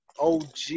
OG